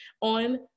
on